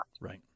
Right